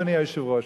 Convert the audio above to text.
אדוני היושב-ראש,